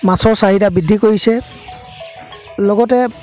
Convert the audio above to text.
মাছৰ চাহিদা বৃদ্ধি কৰিছে লগতে